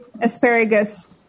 asparagus